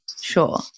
sure